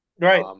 Right